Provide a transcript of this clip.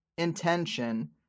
intention